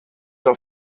der